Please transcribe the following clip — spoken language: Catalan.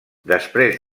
després